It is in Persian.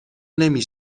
نمی